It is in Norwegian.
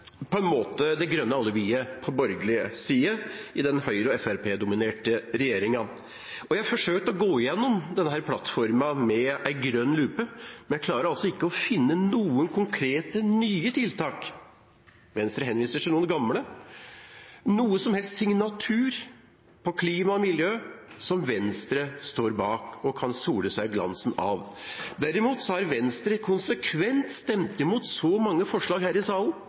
på en måte det grønne alibiet på borgerlig side i den Høyre- og Fremskrittsparti-dominerte regjeringa. Jeg har forsøkt å gå gjennom denne plattformen med grønn lupe, men jeg klarer altså ikke å finne noen konkrete nye tiltak – Venstre henviser til noen gamle – noen som helst signatur på klima og miljø som Venstre står bak, og kan sole seg i glansen av. Derimot har Venstre her i salen konsekvent stemt imot mange forslag